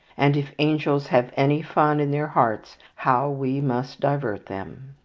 and if angels have any fun in their hearts, how we must divert them.